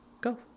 go